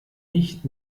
nicht